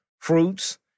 Fruits